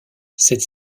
cette